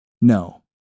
No